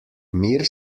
mir